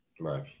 right